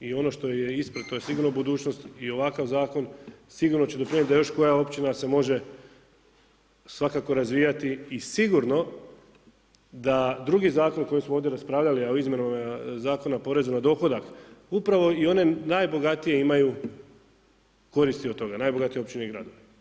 I ono što je ispred to je sigurno budućnost i ovakav zakon sigurno će doprinijet da još koja općina se može svakako razvijati i sigurno da drugi zakon koji smo ovdje raspravljali, a o izmjenama o porezu na dohodak upravo i one najbogatije imaju koristi od toga, najbogatije općine i gradovi.